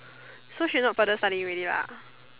so she not further studying already lah